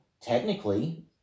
technically